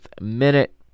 minute